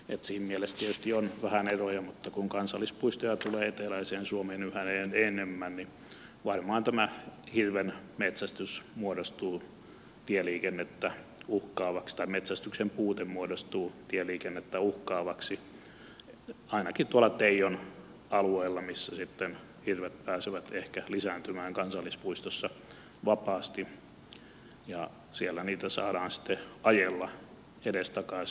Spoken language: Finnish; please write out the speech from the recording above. siinä mielessä on tietysti vähän eroja mutta kun kansallispuistoja tulee eteläiseen suomeen yhä enemmän niin varmaan tämä hirvenmetsästyksen puute muodostuu tieliikennettä uhkaavaksi ainakin tuolla teijon alueella missä hirvet pääsevät ehkä lisääntymään kansallispuistossa vapaasti ja siellä niitä saadaan sitten ajella edestakaisin